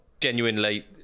genuinely